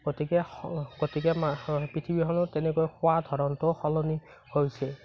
গতিকে গতিকে পৃথিৱীখনত তেনেকৈ খোৱাৰ ধৰণটো সলনি হৈছে